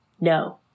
no